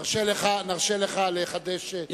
נרשה לך לחדש,